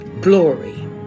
glory